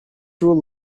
rule